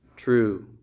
True